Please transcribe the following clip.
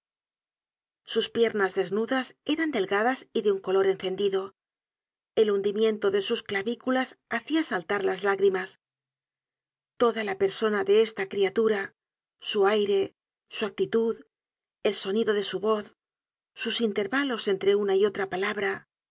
sus piernas desnudas eran delgadas y de un color encendido el hundimiento de sus clavículas hacia saltar las lágrimas toda la persona de esta criatura su aire su actitud el sonido de su voz sus intervalos entre una y otra palabra